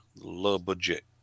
low-budget